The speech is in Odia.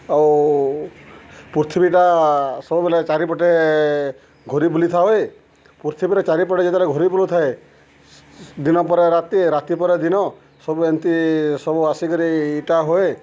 ଆଉ ପୃଥିବୀଟା ସବୁବେଳେ ଚାରିପଟେ ଘୁରି ବୁଲିଥାଏ ପୃଥିବୀରେ ଚାରିପଟେ ଯେତେବେଳେ ଘୁରି ବୁଲୁଥାଏ ଦିନ ପରେ ରାତି ରାତି ପରେ ଦିନ ସବୁ ଏମ୍ତି ସବୁ ଆସିକରି ଇଟା ହୁଏ